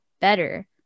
better